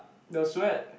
the sweat